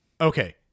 Okay